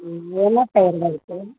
ம் என்ன பெயரில் இருக்குது